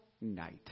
night